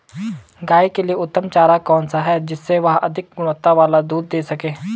गाय के लिए उत्तम चारा कौन सा है जिससे वह अधिक गुणवत्ता वाला दूध दें सके?